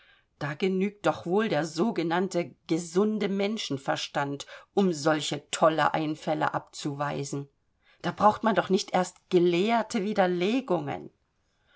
da genügt doch wohl der sogenannte gesunde menschenverstand um solche tolle einfälle abzuweisen da braucht man doch nicht erst gelehrte widerlegungen